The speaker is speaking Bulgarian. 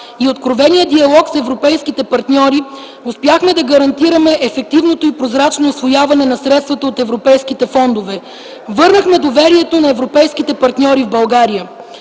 и откровения диалог с европейските партньори успяхме да гарантираме ефективното и прозрачно усвояване на средствата от европейските фондове. Върнахме доверието на европейските партньори в България.